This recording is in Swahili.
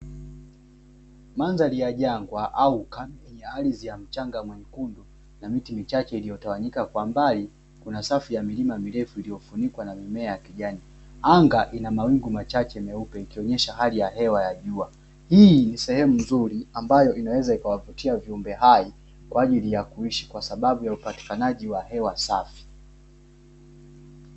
Mandhari ya jangwa au ukame yenye na ardhi ya mchanga mwekundu na miti michache iliyotawanyika, kwa mbali kuna safu ya mimea mirefu iliyofunikwa kwa mimea ya kijani. Anga ina mawingu machache meupe ikionyesha hali ya hewa ya jua. Hii ni sehemu nzuri ambayo inaweza ikawavutia viumbe hai, kwa ajili ya kuishi kwa sababu ya upatikanaji wa hewa safi.